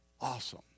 Awesome